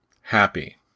happy